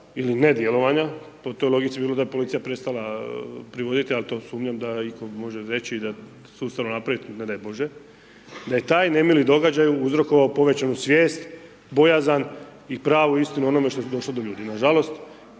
ili nedjelovanja, po toj logici bi bilo da je policija prestala privoditi ali to sumnjam da itko može i sustavno napravi da ne može, da je taj nemili događaj uzrokovao povećanu svijest, bojazan i pravu istinu o onome što je došlo do ljudi.